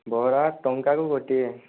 ବରା ଟଙ୍କାକୁ ଗୋଟିଏ